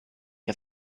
era